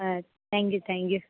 ആ thank you thank U